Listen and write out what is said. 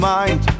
mind